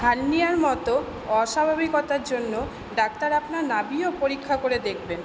হার্নিয়ার মতো অস্বাভাবিকতার জন্য ডাক্তার আপনার নাভিও পরীক্ষা করে দেখবেন